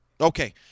okay